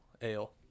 ale